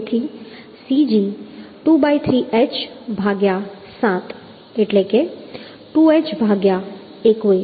તેથી cg 23h ભાગ્યા 7 એટલે કે 2h ભાગ્યા 21